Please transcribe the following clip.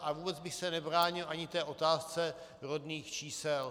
A vůbec bych se nebránil ani otázce rodných čísel.